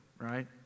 right